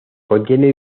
contiene